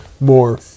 more